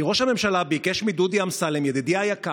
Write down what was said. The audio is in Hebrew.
כי ראש הממשלה ביקש מדודי אמסלם, ידידי היקר,